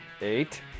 Eight